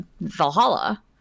Valhalla